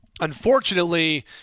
unfortunately